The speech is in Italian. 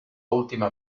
ultima